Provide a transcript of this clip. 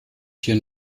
hier